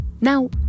Now